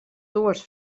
dues